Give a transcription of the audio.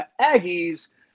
Aggies